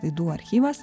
laidų archyvas